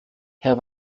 herr